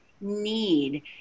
need